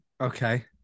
Okay